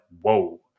whoa